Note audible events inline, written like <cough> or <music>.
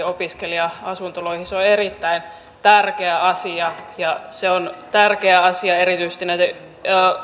<unintelligible> opiskelija asuntoloihin se on erittäin tärkeä asia ja se on tärkeä asia erityisesti näiden